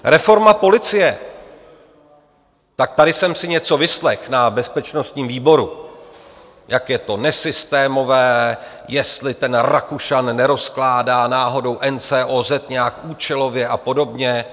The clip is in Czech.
Reforma policie tak tady jsem si něco vyslechl na bezpečnostním výboru, jak je to nesystémové, jestli ten Rakušan nerozkládá náhodou NCOZ nějak účelově a podobně.